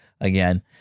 again